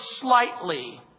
slightly